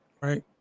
Right